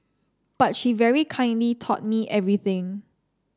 but she very kindly taught me everything